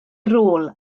rôl